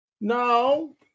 No